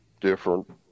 different